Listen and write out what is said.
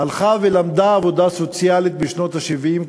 הלכה ולמדה עבודה סוציאלית בשנות ה-70,